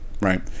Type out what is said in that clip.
right